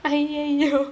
I hear you